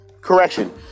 correction